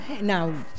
Now